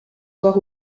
voir